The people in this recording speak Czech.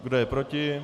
Kdo je proti?